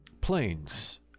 Planes